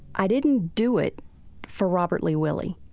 i didn't do it for robert lee willie.